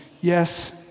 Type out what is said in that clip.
yes